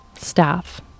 staff